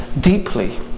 deeply